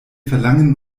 verlangen